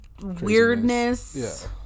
weirdness